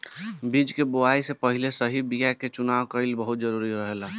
बीज के बोआई से पहिले सही बीया के चुनाव कईल बहुत जरूरी रहेला